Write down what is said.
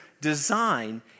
design